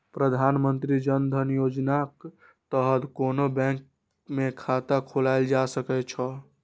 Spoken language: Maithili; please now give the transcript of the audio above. प्रधानमंत्री जन धन योजनाक तहत कोनो बैंक मे खाता खोलाएल जा सकै छै